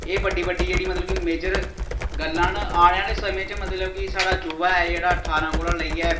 एह् बड्डी बड्डी जेह्ड़ी मतलब कि मेजर गल्लां न आने आह्ले समें च मतलब कि साढ़ा युवा ऐ जेह्ड़ा ठारां कोला लेइयै